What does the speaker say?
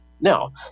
Now